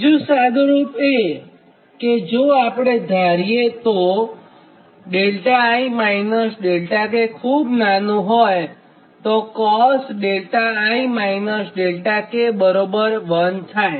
બીજું સાદુરૂપ એ કે જો આપણે ધારીએ કે જો δi δk ખુબ નાનું હોયતો cosδi δk બરાબર 1 થાય